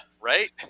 right